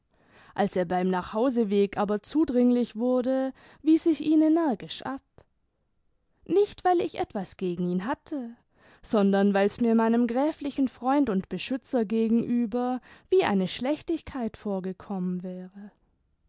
als er beim nachhauseweg aber zudringlich wurde wies ich ihn energisch ab nicht weil ich etwas gegen ihn liatte sondern weil's mir meinem gräflichen freund und beschützer gegenüber wie eine schlechtigkeit vorgekommen wäre